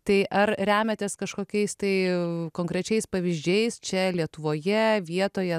tai ar remiatės kažkokiais tai konkrečiais pavyzdžiais čia lietuvoje vietoje